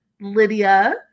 Lydia